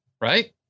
Right